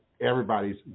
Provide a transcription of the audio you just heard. everybody's